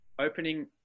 opening